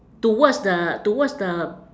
towards the towards the